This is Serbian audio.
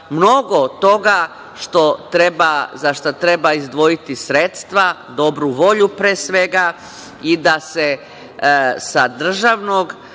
mnogo toga za šta treba izdvojiti sredstva, dobru volju, pre svega, i da se sa državnog